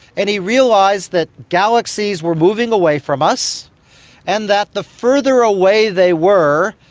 and he realised that galaxies were moving away from us and that the further away they were,